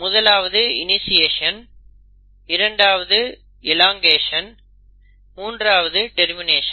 முதலாவது இணிஷியேஷன் இரண்டாவது எலாங்கேஷன் மூன்றாவது டெர்மினேஷன்